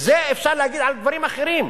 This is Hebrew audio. ואת זה אפשר להגיד על דברים אחרים.